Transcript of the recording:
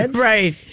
Right